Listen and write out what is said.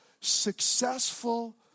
successful